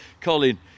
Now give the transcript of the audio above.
Colin